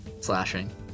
Slashing